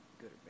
good